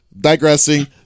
digressing